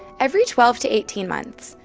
every twelve to eighteen months,